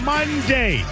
Monday